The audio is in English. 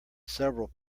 several